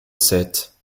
sept